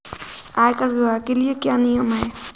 आयकर विभाग के क्या नियम हैं?